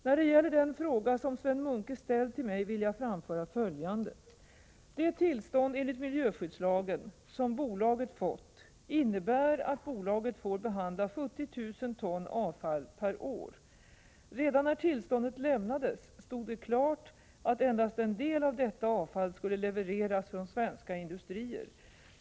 När det gäller den fråga som Sven Munke ställt till mig vill jag framföra följande. Det tillstånd enligt miljöskyddslagen som bolaget fått innebär att bolaget får behandla 70 000 ton avfall per år. Redan när tillståndet lämnades stod det klart att endast en del av detta avfall skulle levereras från svenska industrier.